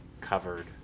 covered